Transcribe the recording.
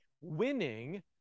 winning